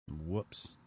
Whoops